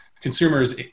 consumers